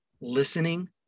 listening